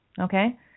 okay